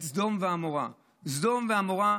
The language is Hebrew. את סדום ועמורה, סדום ועמורה,